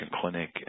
clinic